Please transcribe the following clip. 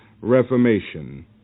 reformation